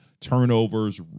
turnovers